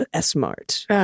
smart